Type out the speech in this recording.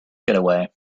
getaway